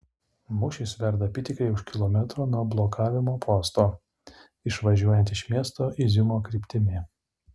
mūšis verda apytikriai už kilometro nuo blokavimo posto išvažiuojant iš miesto iziumo kryptimi